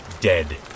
dead